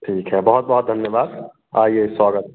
ठीक है बहुत बहुत धन्यवाद आइए स्वागत है